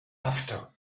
after